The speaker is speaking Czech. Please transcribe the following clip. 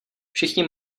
všichni